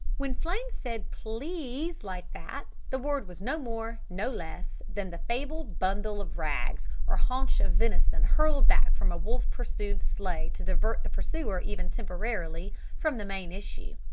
when flame said please like that the word was no more, no less, than the fabled bundle of rags or haunch of venison hurled back from a wolf-pursued sleigh to divert the pursuer even temporarily from the main issue.